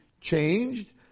changed